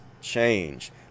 change